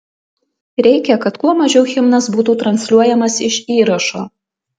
reikia kad kuo mažiau himnas būtų transliuojamas iš įrašo